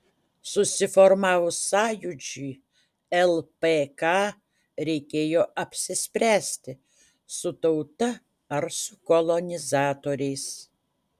susiformavus sąjūdžiui lpk reikėjo apsispręsti su tauta ar su kolonizatoriais